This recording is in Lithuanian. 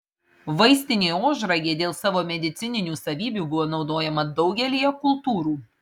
vaistinė ožragė dėl savo medicininių savybių buvo naudojama daugelyje kultūrų